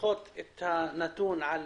לפחות מהנתון על